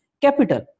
capital